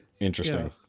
interesting